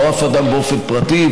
ולא אף אדם באופן פרטי,